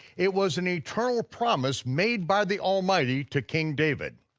it was an eternal promise made by the almighty to king david.